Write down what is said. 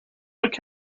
look